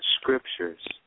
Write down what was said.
scriptures